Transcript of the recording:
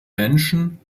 menschen